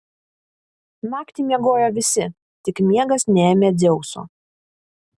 naktį miegojo visi tik miegas neėmė dzeuso